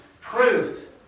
Truth